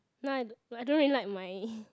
now I don~ I don't really like my